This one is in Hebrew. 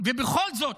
ובכל זאת